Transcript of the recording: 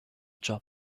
job